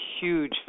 huge